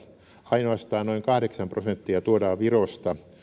ainoastaan noin kahdeksan prosenttia tuodaan virosta